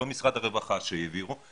לא משרד הרווחה שהעביר את הנתונים,